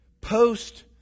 post